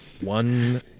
One